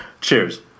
Cheers